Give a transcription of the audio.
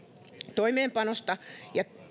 toimeenpanosta ja